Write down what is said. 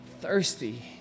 thirsty